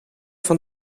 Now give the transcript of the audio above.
van